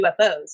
UFOs